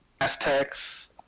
Aztecs